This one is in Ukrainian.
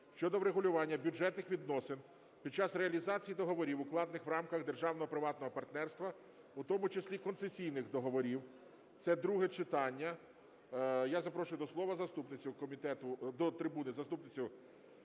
щодо врегулювання бюджетних відносин під час реалізації договорів, укладених в рамках державно-приватного партнерства, у тому числі концесійних договорів (це друге читання). Я запрошую до слова заступницю комітету до трибуни, заступницю